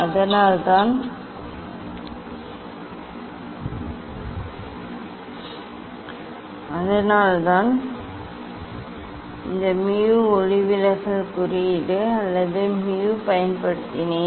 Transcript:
அதனால்தான் இந்த mu ஒளிவிலகல் குறியீடு அல்லது m முன்பு நான் n ஐப் பயன்படுத்தினேன்